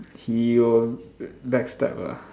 he will backstab ah